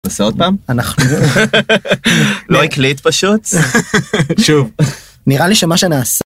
עוד פעם אנחנו לא הקליט פשוט נראה לי שמה שנעשה.